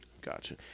Gotcha